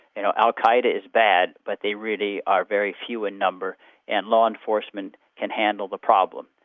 you know al-qa'eda is bad but they really are very few in number and law enforcement can handle the problem,